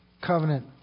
covenant